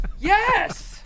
yes